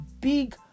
big